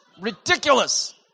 Ridiculous